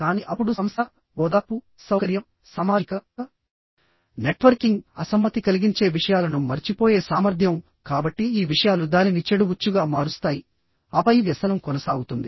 కానీ అప్పుడు సంస్థ ఓదార్పు సౌకర్యం సామాజిక నెట్వర్కింగ్ అసమ్మతి కలిగించే విషయాలను మరచిపోయే సామర్థ్యం కాబట్టి ఈ విషయాలు దానిని చెడు ఉచ్చుగా మారుస్తాయి ఆపై వ్యసనం కొనసాగుతుంది